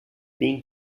being